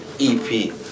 EP